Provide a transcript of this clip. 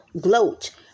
gloat